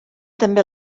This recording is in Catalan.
també